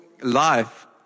life